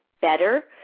better